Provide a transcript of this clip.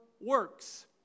works